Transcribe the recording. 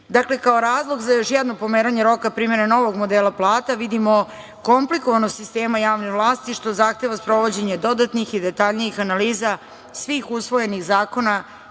Dakle, kao razlog za još jedno pomeranje roka primene novog modela plata vidimo komplikovanost sistema javne vlasti, što zahteva sprovođenje dodatnih i detaljnijih analiza svih usvojenih zakona